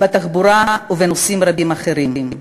בתחבורה ובנושאים רבים אחרים.